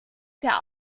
der